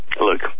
Look